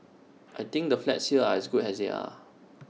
I think the flats here are good as they are